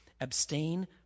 abstain